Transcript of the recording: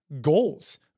Goals